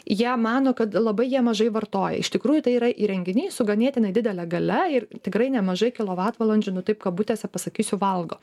jie mano kad labai jie mažai vartoja iš tikrųjų tai yra įrenginiai su ganėtinai didele galia ir tikrai nemažai kilovatvalandžių nu taip kabutėse pasakysiu valgo